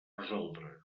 resoldre